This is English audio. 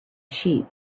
sheep